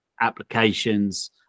applications